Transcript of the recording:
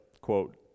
Quote